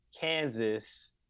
Kansas